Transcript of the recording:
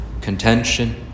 contention